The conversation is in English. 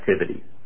activities